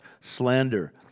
slander